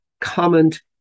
comment